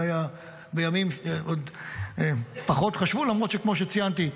זה היה בימים שעוד פחות חשבו, למרות שכמו שציינתי,